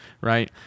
right